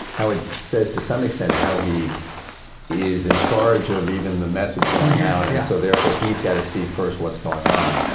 how it says, to some extent, how he is in charge of even the message going out, and yeah so therefore he's got to see first what's going on?